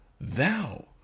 thou